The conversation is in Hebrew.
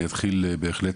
אני אתחיל בהחלט